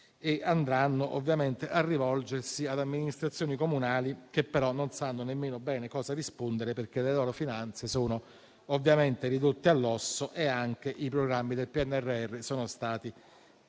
e andranno a rivolgersi ad amministrazioni comunali che però non sanno nemmeno bene cosa rispondere, perché le loro finanze sono ridotte all'osso e anche i programmi del PNRR sono stati